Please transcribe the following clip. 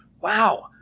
wow